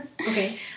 Okay